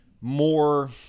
more